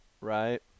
right